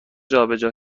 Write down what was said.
جابجا